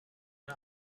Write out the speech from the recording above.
and